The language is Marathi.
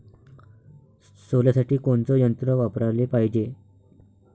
सोल्यासाठी कोनचं यंत्र वापराले पायजे?